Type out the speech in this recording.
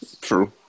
True